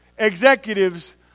executives